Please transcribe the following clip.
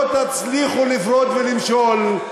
לא תצליחו להפריד ולמשול.